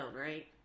right